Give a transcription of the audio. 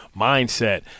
mindset